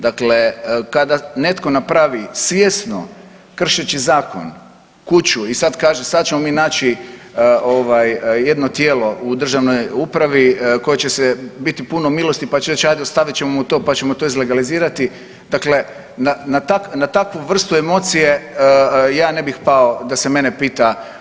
Dakle, kada netko napravi svjesno kršeći zakon kuću i sad kaže sada ćemo mi naći jedno tijelo u državnoj upravi koje će biti puno milosti pa će reć hajde ostavit ćemo mu to pa ćemo to izlegalizirati, dakle na takvu vrstu emocije ja ne bih pao da se mene pita.